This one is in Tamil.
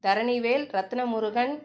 தரணிவேல் ரத்தினமுருகன்